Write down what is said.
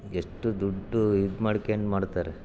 ಎಷ್ಟು ದುಡ್ದು ಇದು ಮಾಡ್ಕಂಡ್ ಮಾಡ್ತಾರೆ